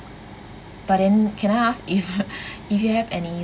but then can I ask if if you have any